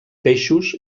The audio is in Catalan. peixos